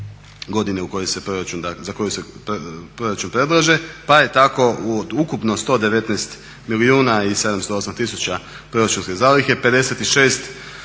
godine za koju se proračun predlaže pa je tako od ukupno 119 milijuna i 708 tisuća proračunske zalihe 56%